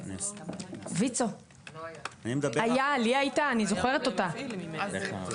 תדעו לכם שזה היה ממש טוב.